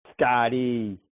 Scotty